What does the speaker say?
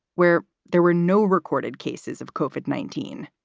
where there were no recorded cases of kofod nineteen.